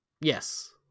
Yes